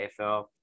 AFL